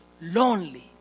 lonely